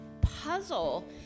puzzle